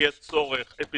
וזה נתון של רשות שדות התעופה,